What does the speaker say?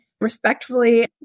respectfully